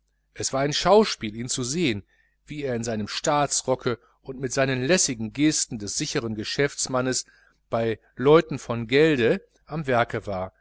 es war ein schauspiel ihn zu sehen wie er in seinem staatsrocke und mit seinen lässigen gesten des sicheren geschäftsmannes bei leuten von gelde am werke war